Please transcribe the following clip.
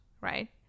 right